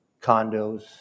condos